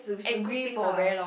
angry for very long